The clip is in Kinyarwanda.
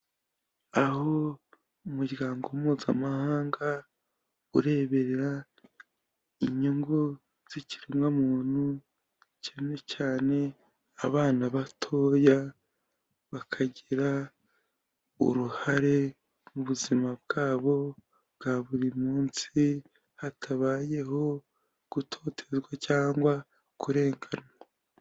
Aho umuryango mpuzamahanga ureberera inyungu z'ikiremwamuntu cyane cyane abana batoya bakagira uruhare mu buzima bwabo bwa buri munsi, hatabayeho gutotezwa cyangwa kurengananwa